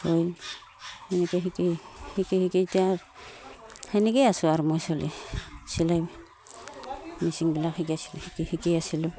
গৈ এনেকৈ শিকি শিকি শিকি এতিয়া সেনেকৈয়ে আছো আৰু মই চলি চিলাই মেচিনবিলাক শিকাইছিলোঁ শিকি শিকি আছিলোঁ